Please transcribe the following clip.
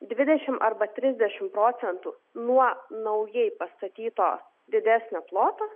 dvidešimt arba trisdešimt procentų nuo naujai pastatyto didesnio ploto